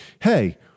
hey